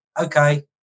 Okay